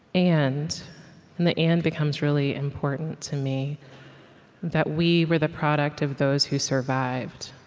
and and the and becomes really important to me that we were the product of those who survived